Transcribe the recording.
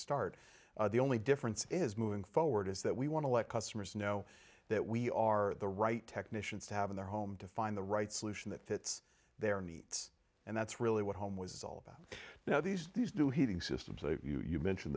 start the only difference is moving forward is that we want to let customers know that we are the right technicians to have in their home to find the right solution that fits their needs and that's really what home was all about now these these new heating systems